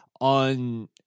on